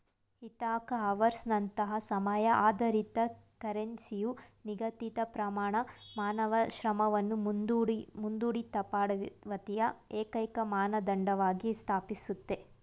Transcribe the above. Ithaca ಅವರ್ಸ್ನಂತಹ ಸಮಯ ಆಧಾರಿತ ಕರೆನ್ಸಿಯು ನಿಗದಿತಪ್ರಮಾಣ ಮಾನವ ಶ್ರಮವನ್ನು ಮುಂದೂಡಿದಪಾವತಿಯ ಏಕೈಕಮಾನದಂಡವಾಗಿ ಸ್ಥಾಪಿಸುತ್ತೆ